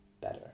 better